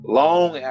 long